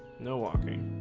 no walking